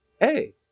Hey